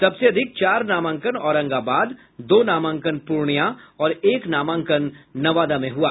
सबसे अधिक चार नामांकन औरंगाबाद दो नामांकन पूर्णियां और एक नामांकन नवादा में हुआ